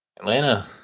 Atlanta